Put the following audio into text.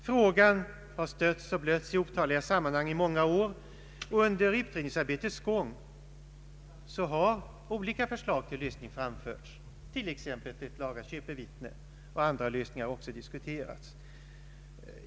Frågan har stötts och blötts i otaliga sammanhang under många år. Under utredningsarbetets gång har olika förslag till lösningar framförts, t.ex. om ett laga köpevittne; andra lösningar har också diskuterats.